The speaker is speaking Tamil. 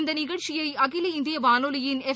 இந்த நிகழ்ச்சிளய அகில இந்திய வானொலியின் எஃப்